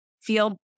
feel